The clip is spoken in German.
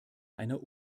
einer